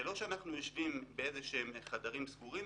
זה לא שאנחנו יושבים בחדרים סגורים,